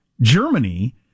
Germany